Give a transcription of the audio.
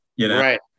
Right